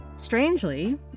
Strangely